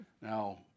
Now